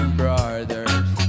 brothers